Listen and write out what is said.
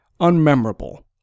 unmemorable